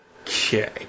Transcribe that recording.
Okay